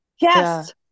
Yes